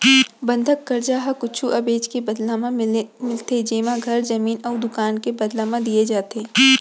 बंधक करजा ह कुछु अबेज के बदला म मिलथे जेमा घर, जमीन अउ दुकान के बदला म दिये जाथे